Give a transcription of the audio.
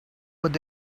would